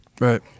Right